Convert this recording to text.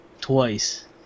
twice